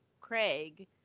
Craig